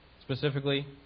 specifically